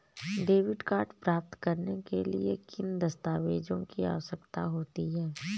Debit card प्राप्त करने के लिए किन दस्तावेज़ों की आवश्यकता होती है?